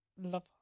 Love